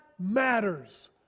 matters